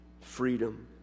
freedom